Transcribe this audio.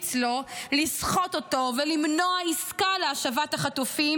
אצלו לסחוט אותו ולמנוע עסקה להשבת החטופים,